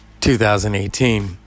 2018